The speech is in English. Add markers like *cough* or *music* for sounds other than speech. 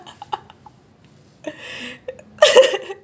dude one nine three what why why so high *laughs*